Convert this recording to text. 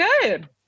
good